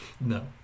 No